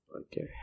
Okay